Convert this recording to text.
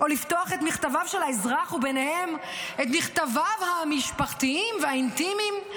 או לפתוח את מכתביו של האזרח וביניהם את מכתביו המשפחתיים והאינטימיים,